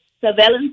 surveillance